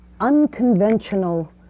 unconventional